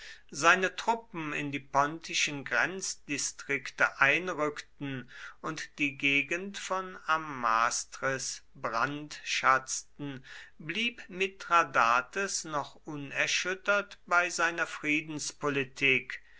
seine truppen in die pontischen grenzdistrikte einrückten und die gegend von amastris brandschatzten blieb mithradates noch unerschüttert bei seiner